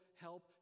help